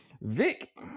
Vic